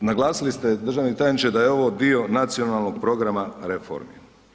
Naglasili ste državni tajniče da je ovo dio nacionalnog programa reformi.